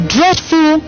Dreadful